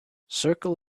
circle